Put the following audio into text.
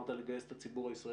אמרת לגייס את הציבור הישראלי,